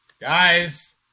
Guys